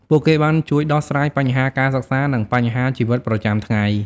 ពួកគេបានជួយដោះស្រាយបញ្ហាការសិក្សា និងបញ្ហាជីវិតប្រចាំថ្ងៃ។